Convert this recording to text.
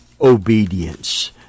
obedience